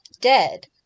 dead